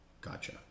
Gotcha